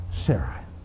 Sarah